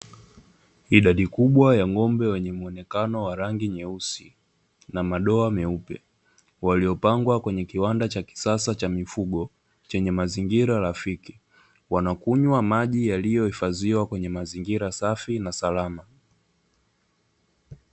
Idadi kubwa ya ng'ombe wenye muonekano wa rangi nyeusi na madoa meupe waliopangwa kwenye kibanda cha kisasa cha mifugo, chenye mazingira rafiki wanakunywa maji yaliyohifadhiwa kwenye mazingira safi na salama.